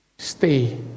stay